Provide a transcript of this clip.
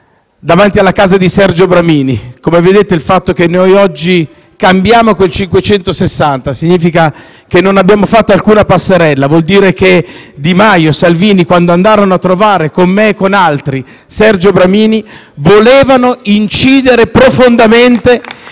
davanti alla casa di Sergio Bramini». Come vedete, il fatto che noi oggi cambiamo quell'articolo 560 significa che non abbiamo fatto alcuna passerella: vuol dire che Di Maio e Salvini, quando andarono a trovare, con me e con altri, Sergio Bramini, volevano incidere profondamente